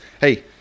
hey